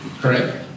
Correct